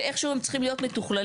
שאיכשהו הן צריכות להיות מתוכללות.